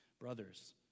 Brothers